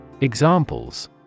Examples